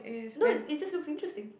no it just look interesting